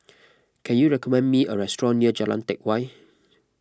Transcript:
can you recommend me a restaurant near Jalan Teck Whye